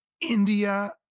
India